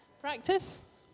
Practice